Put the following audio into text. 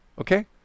okay